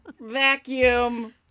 Vacuum